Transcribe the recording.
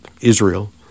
Israel